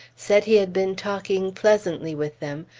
said he had been talking pleasantly with them,